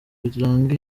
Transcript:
biranga